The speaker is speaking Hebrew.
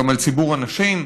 גם על ציבור הנשים,